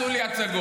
אל תעשו לי הצגות.